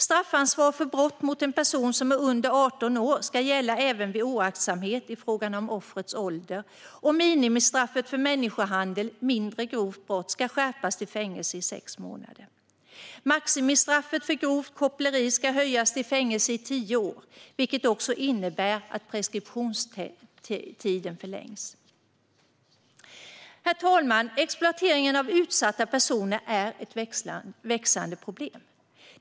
Straffansvar för brott mot en person som är under 18 år ska gälla även vid oaktsamhet i fråga om offrets ålder, och minimistraffet för människohandel, mindre grovt brott, ska skärpas till fängelse i sex månader. Maximistraffet för grovt koppleri ska höjas till fängelse i tio år, vilket också innebär att preskriptionstiden förlängs. Herr talman! Exploateringen av utsatta personer är ett växande problem.